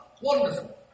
Wonderful